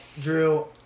Drew